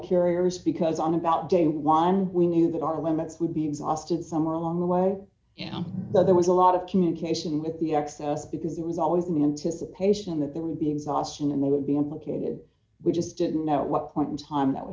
carriers because on about day one we knew that our limits would be exhausted somewhere along the way though there was a lot of communication with the access because it was always in the anticipation that there would be exhaustion and they would be implicated we just didn't know at what point in time that would